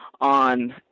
on